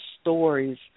stories